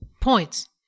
Points